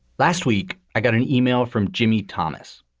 last week, i got an email from jimmy thomas,